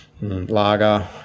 Lager